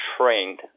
trained